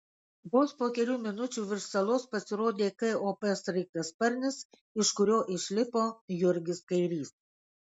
vos po kelių minučių virš salos pasirodė kop sraigtasparnis iš kurio išlipo jurgis kairys